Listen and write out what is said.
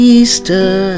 Easter